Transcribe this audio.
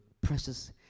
precious